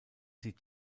sie